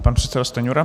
Pan předseda Stanjura.